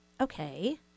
Okay